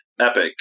epic